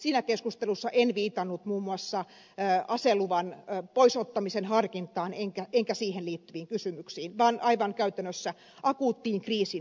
siinä keskustelussa en viitannut muun muassa aseluvan pois ottamisen harkintaan enkä siihen liittyviin kysymyksiin vaan kriisin aivan akuuttiin käytännön hoitoon